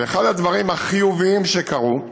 ואחד הדברים החיוביים שקרו הוא